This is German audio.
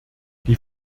die